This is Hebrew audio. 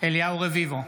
אליהו רביבו,